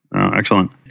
Excellent